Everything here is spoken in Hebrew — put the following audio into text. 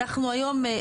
אנחנו היום,